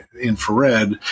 infrared